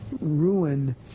ruin